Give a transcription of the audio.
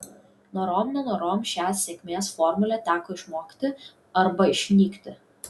norom nenorom šią sėkmės formulę teko išmokti arba išnykti